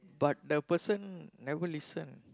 but the person never listen